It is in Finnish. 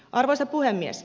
arvoisa puhemies